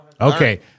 Okay